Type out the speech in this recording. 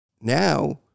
Now